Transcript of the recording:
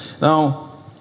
Now